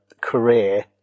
career